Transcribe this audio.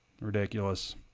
ridiculous